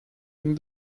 ring